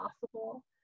possible